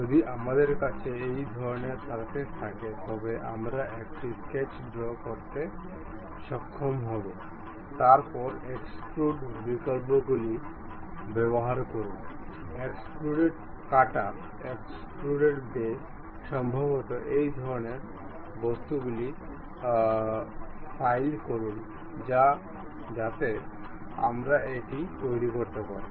যদি আমাদের কাছে এই ধরনের সারফেস থাকে তবে আমরা একটি স্কেচ ড্রও করতে সক্ষম হব তারপরে এক্সট্রুড বিকল্পগুলি ব্যবহার করুন এক্সট্রুড কাটা এক্সট্রুড বসে সম্ভবত এই ধরনের বস্তুগুলি ফাইল করুন যা তে আমরা এটি তৈরি করতে পারি